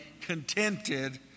contented